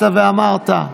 רק לפני חצי שעה באת ואמרת,